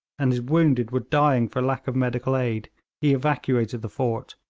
and his wounded were dying for lack of medical aid, he evacuated the fort,